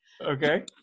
Okay